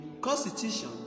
constitution